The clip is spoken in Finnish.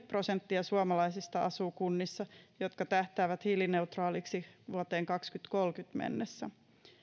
prosenttia suomalaisista asuu kunnissa jotka tähtäävät hiilineutraaliksi vuoteen kaksituhattakolmekymmentä mennessä